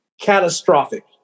catastrophic